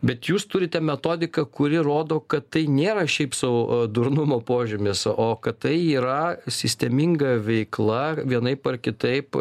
bet jūs turite metodiką kuri rodo kad tai nėra šiaip sau a durnumo požymis o kad tai yra sisteminga veikla vienaip ar kitaip